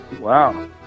wow